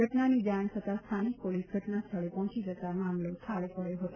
ઘટનાની જાણ થતાં સ્થાનિક પોલીસ ઘટના સ્થળે પહોંચી જતા મામલો થાળે પાડચો હતો